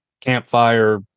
campfire